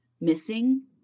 missing